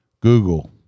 Google